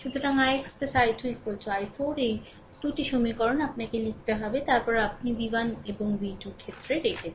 সুতরাং ix i2 i4 এই 2 টি সমীকরণ আপনাকে লিখতে হবে তার পরে আপনিv1 এবংv2 এর ক্ষেত্রে রেখেছেন